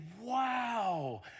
wow